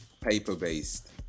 paper-based